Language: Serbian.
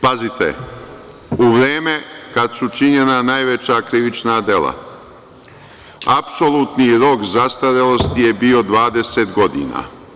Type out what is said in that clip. Pazite, u vreme kad su činjena najveća krivična dela, apsolutni rok zastarelosti je bio 20 godina.